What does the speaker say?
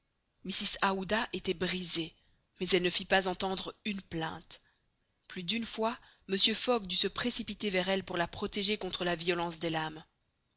aouda était brisée mais elle ne fit pas entendre une plainte plus d'une fois mr fogg dut se précipiter vers elle pour la protéger contre la violence des lames